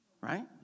right